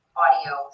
audio